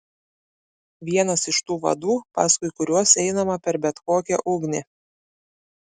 vienas iš tų vadų paskui kuriuos einama per bet kokią ugnį